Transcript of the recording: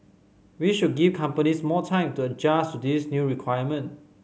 we should give companies more time to adjust to this new requirement